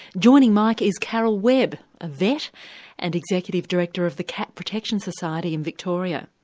joining mike is carole webb, a vet and executive director of the cat protection society in victoria.